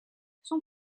son